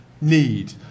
need